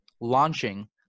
launching